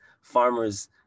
farmers